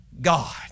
God